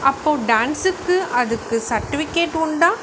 அப்போ டான்ஸுக்கு அதுக்கு சர்டிஃபிக்கேட் உண்டா